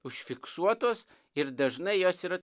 užfiksuotos ir dažnai jos yra